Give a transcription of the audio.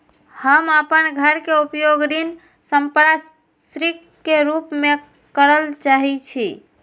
हम अपन घर के उपयोग ऋण संपार्श्विक के रूप में करल चाहि छी